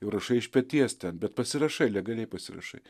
jau rašai iš peties ten bet pasirašai legaliai pasirašai